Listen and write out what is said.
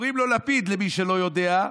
קוראים לו לפיד, למי שלא יודע,